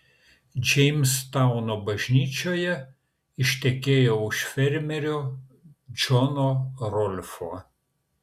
džeimstauno bažnyčioje ištekėjo už fermerio džono rolfo